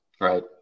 Right